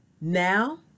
Now